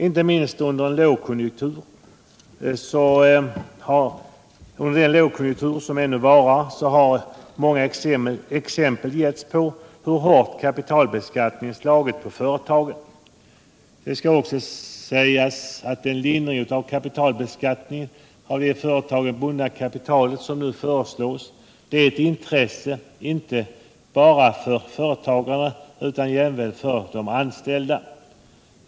Inte minst under den lågkonjunktur som ännu varar har många exempel getts på hur hårt kapitalbeskattningen slagit på företagen. Det skall också sägas att den lindring i kapitalbeskattningen av det i företagen bundna kapitalet som nu föreslås är ett intresse inte bara för företagarna utan även för de anställda.